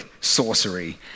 sorcery